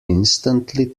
instantly